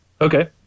Okay